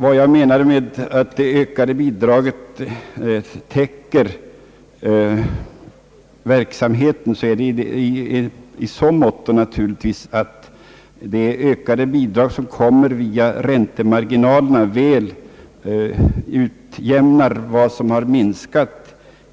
Vad jag menar med att det ökade bidraget täcker kostnaderna för verksamheten är att de ökade bidrag som utgår via räntemarginalerna mer än väl utiämnar minskningen